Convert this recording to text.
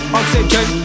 oxygen